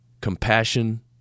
compassion